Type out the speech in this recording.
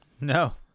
No